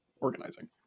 organizing